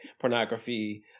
pornography